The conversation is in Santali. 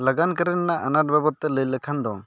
ᱞᱟᱜᱟᱱ ᱠᱟᱹᱨᱤ ᱨᱮᱱᱟᱜ ᱟᱱᱟᱴ ᱵᱟᱵᱚᱛ ᱛᱮ ᱞᱟᱹᱭ ᱞᱮᱠᱷᱟᱱ ᱫᱚ